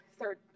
third